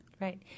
Right